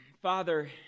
Father